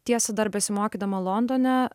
tiesa dar besimokydama londone